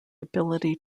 ability